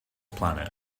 planet